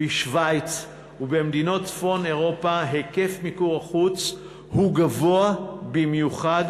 בשווייץ ובמדינות צפון-אירופה היקף מיקור החוץ רחב במיוחד,